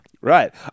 Right